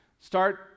start